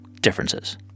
differences